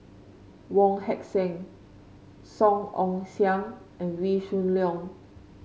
Wong Heck Sing Song Ong Siang and Wee Shoo Leong